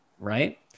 right